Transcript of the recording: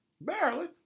Barely